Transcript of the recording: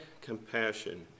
compassion